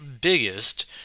biggest